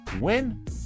win